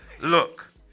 Look